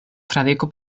fradeko